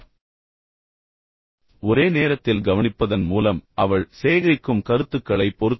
அவள் காட்டுகிறாள் ஒரே நேரத்தில் கேட்பதன் மூலம் அவள் சேகரிக்கும் பின்னூட்டத்தைப் பொறுத்து